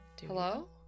Hello